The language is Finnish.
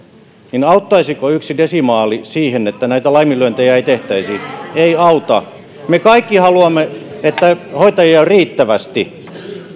niin auttaisiko yksi desimaali siihen että näitä laiminlyöntejä ei tehtäisi ei auta me kaikki haluamme että hoitajia on riittävästi